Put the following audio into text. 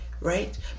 right